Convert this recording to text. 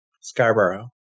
Scarborough